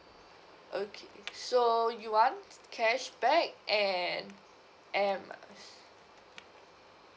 okay so you want cashback and air miles